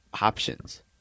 options